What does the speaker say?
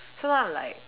so now I'm like